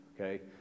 Okay